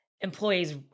employees